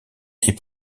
est